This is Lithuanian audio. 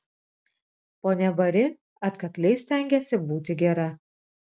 ponia bari atkakliai stengėsi būti gera